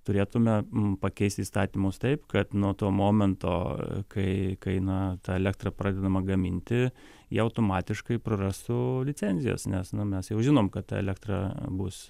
turėtume pakeisti įstatymus taip kad nuo to momento kai kai na ta elektra pradedama gaminti jie automatiškai prarastų licenzijas nes na mes jau žinom kad ta elektra bus